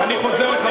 אני חוזר, אוטונומיה?